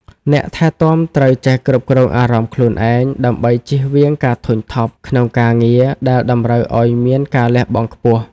អ្នកថែទាំត្រូវចេះគ្រប់គ្រងអារម្មណ៍ខ្លួនឯង ដើម្បីចៀសវាងការធុញថប់ក្នុងការងារដែលតម្រូវឱ្យមានការលះបង់ខ្ពស់។